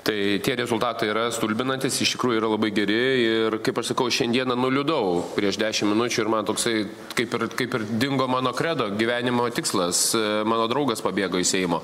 tai tie rezultatai yra stulbinantys iš tikrųjų yra labai geri ir kaip aš sakau šiandieną nuliūdau prieš dešim minučių ir man toksai kaip ir kaip ir dingo mano kredo gyvenimo tikslas mano draugas pabėgo iš seimo